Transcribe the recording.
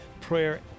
prayer